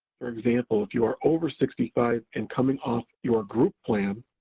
for example, if you are over sixty five and coming off your group plan,